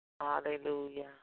Hallelujah